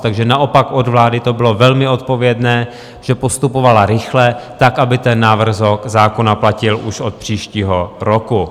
Takže naopak od vlády to bylo velmi odpovědné, že postupovala rychle tak, aby ten návrh zákona platil už od příštího roku.